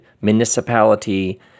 municipality